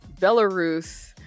Belarus